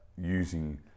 using